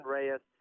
Reyes